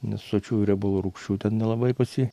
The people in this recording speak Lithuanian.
nes sočiųjų riebalų rūgščių ten nelabai pas jį